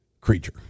creature